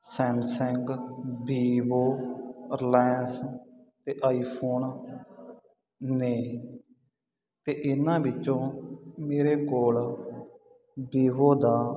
Samsung Vivo Reliance ਅਤੇ iPhone ਨੇ ਅਤੇ ਇਹਨਾਂ ਵਿੱਚੋਂ ਮੇਰੇ ਕੋਲ ਵੀਵੋ ਦਾ